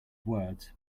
words